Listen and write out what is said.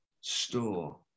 store